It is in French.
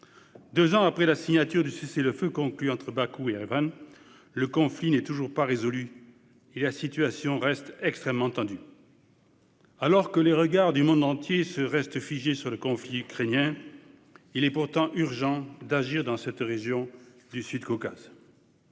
Deux ans après la signature du cessez-le-feu conclu entre Bakou et Erevan, le conflit n'est toujours pas résolu et la situation reste extrêmement tendue. Alors que les regards du monde entier demeurent rivés sur le conflit ukrainien, il est urgent d'agir dans la région du Sud-Caucase.